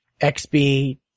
XB